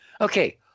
Okay